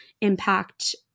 impact